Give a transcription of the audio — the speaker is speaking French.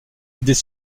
idées